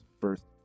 first